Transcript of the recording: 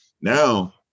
Now